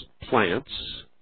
plants